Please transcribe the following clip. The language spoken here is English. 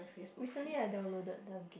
recently I downloaded them